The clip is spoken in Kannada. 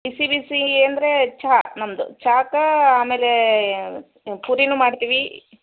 ಬಿಸಿ ಬಿಸಿ ಅಂದ್ರೆ ಚಾ ನಮ್ಮದು ಚಾಕೆ ಆಮೇಲೆ ಪುರಿನು ಮಾಡ್ತೀವಿ